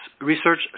research